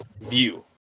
view